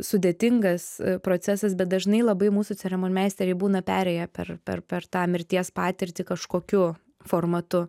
sudėtingas procesas bet dažnai labai mūsų ceremonmeisteriai būna perėję per per per tą mirties patirtį kažkokiu formatu